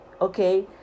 okay